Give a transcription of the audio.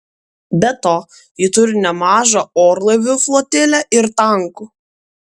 be to ji turi nemažą orlaivių flotilę ir tankų